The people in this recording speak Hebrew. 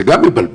זה גם מבלבל,